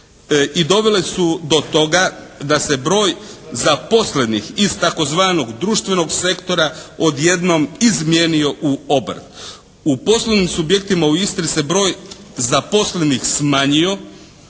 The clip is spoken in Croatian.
dovele su do toga da se broj zaposlenih iz tzv. društvenog sektora odjednom izmijenio u obrt. U poslovnim subjektima u Istri se broj zaposlenih smanjio.